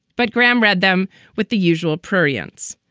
but graham read them with the usual prurience.